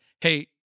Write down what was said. hey